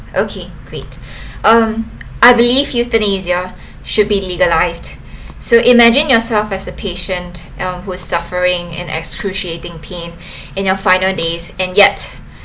okay great um I believe euthanasia should be legalized so imagine yourself as a patient um was suffering an excruciating pain in your final days and yet